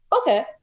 okay